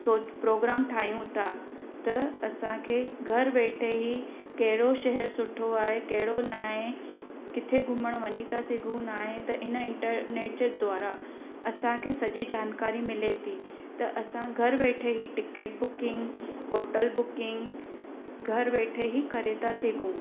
सोच प्रोग्राम ठाहियूं था त असांखे घर वेठे ई कहिड़ो शहरु सुठो आहे कहिड़ो न आहे किथे घुमण वञी था सघूं न आए इन इंटरनेट जे द्वारा असांखे सॼी जानकारी मिले थी त असां घर वेठे ई टिकेट बुकिंग होटल बुकिंग घर वेठे ई करे था सघूं